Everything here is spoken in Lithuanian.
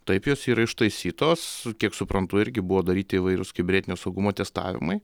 taip jos yra ištaisytos kiek suprantu irgi buvo daryti įvairūs kibernetinio saugumo testavimai